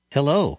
Hello